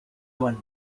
one